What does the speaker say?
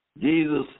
jesus